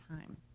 time